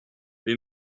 they